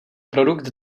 produkt